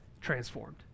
transformed